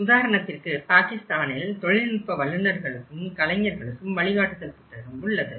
உதாரணத்திற்கு பாகிஸ்தானில் தொழில்நுட்ப வல்லுனர்களுக்கும் கலைஞர்களுக்கும் வழிகாட்டுதல் புத்தகம் உள்ளது